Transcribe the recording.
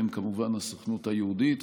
ובהם כמובן הסוכנות היהודית.